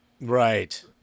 Right